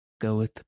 goeth